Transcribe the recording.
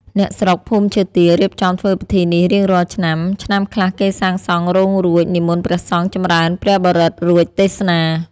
អ្នកស្រុក ភូមិឈើទាល រៀបចំធ្វើពិធីនេះរៀងរាល់ឆ្នាំ ឆ្នាំខ្លះគេសាងសងរោងរួច និមន្តព្រះសង្ឃចំរើនព្រះបរិត្ត រួច ទេសនា ។